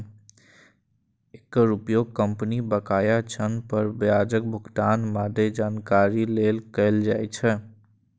एकर उपयोग कंपनी बकाया ऋण पर ब्याजक भुगतानक मादे जानकारी लेल कैल जाइ छै